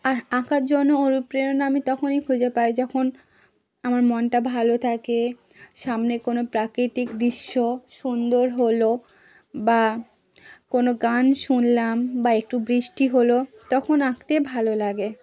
আর আঁকার জন্য অনুপ্রেরণা আমি তখনই খুঁজে পাই যখন আমার মনটা ভালো থাকে সামনে কোনো প্রাকৃতিক দৃশ্য সুন্দর হলো বা কোনো গান শুনলাম বা একটু বৃষ্টি হলো তখন আঁকতে ভালো লাগে